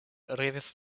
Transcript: revis